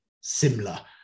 similar